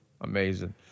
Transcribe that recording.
Amazing